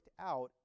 out